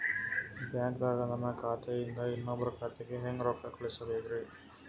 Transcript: ಬ್ಯಾಂಕ್ದಾಗ ನನ್ ಖಾತೆ ಇಂದ ಇನ್ನೊಬ್ರ ಖಾತೆಗೆ ಹೆಂಗ್ ರೊಕ್ಕ ಕಳಸಬೇಕ್ರಿ?